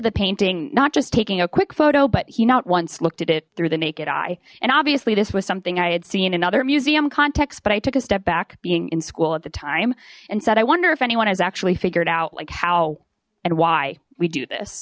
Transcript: the painting not just taking a quick photo but he not once looked at it through the naked eye and obviously this was something i had seen in other museum context but i took a step back being in school at the time and said i wonder if anyone has actually figured out like how and why we do this